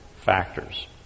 factors